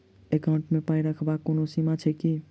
Account मे पाई रखबाक कोनो सीमा छैक की?